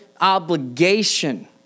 obligation